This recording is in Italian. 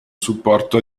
supporto